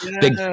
big